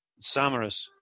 Samaras